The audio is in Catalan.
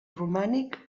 romànic